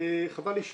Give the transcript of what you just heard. חבל לי,